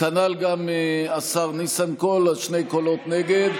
כנ"ל גם השר ניסנקורן, אז שני קולות נגד.